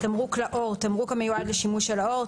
"תמרוק לעור" תמרוק המיועד לשימוש על העור,